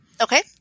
Okay